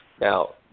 Now